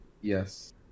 Yes